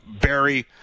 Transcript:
Barry